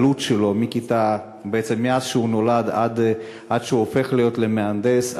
בעצם מאז שנולד עד שהוא הופך להיות מהנדס,